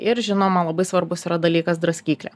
ir žinoma labai svarbus yra dalykas draskyklė